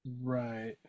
Right